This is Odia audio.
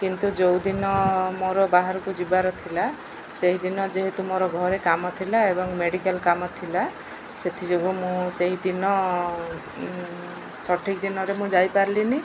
କିନ୍ତୁ ଯେଉଁଦିନ ମୋର ବାହାରକୁ ଯିବାର ଥିଲା ସେହିଦିନ ଯେହେତୁ ମୋର ଘରେ କାମ ଥିଲା ଏବଂ ମେଡ଼ିକାଲ କାମ ଥିଲା ସେଥିଯୋଗୁଁ ମୁଁ ସେହିଦିନ ସଠିକ ଦିନରେ ମୁଁ ଯାଇପାରିଲିନି